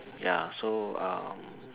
ya so um